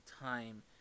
time